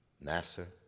Nasser